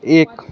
एक